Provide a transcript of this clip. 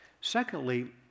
Secondly